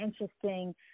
interesting –